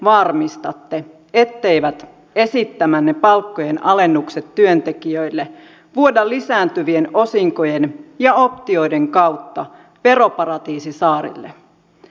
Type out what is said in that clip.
miten varmistatte etteivät esittämänne palkkojen alennukset työntekijöille vuoda lisääntyvien osinkojen ja optioiden kautta veroparatiisisaarille